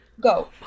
go